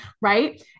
Right